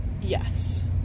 Yes